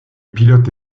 pilote